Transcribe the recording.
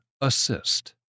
Assist